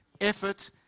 effort